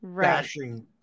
bashing